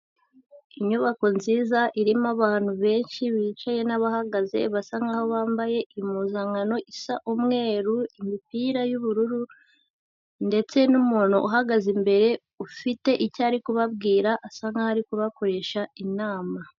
Inyubako nziza irimo abantu benshi bicaye n'abahagaze basa nkaho bambaye impuzankano isa umweru, imipira y'ubururu ndetse n'umuntu uhagaze imbere ufite icyo ari kubabwira, asa nkaho ari kubakoresha inama.